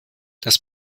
das